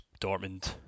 Dortmund